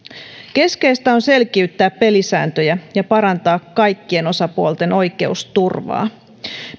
keskeistä on selkiyttää pelisääntöjä ja parantaa kaikkien osapuolten oikeusturvaa